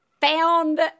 found